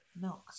milk